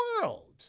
world